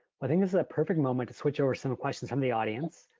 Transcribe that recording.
i think this is a perfect moment to switch over some questions from the audience.